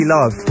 Love